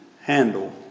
handle